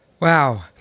Wow